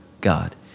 God